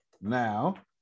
now